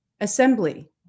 assembly